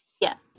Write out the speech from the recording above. Yes